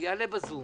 הוא יעלה בזום